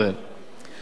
וגם בישראל,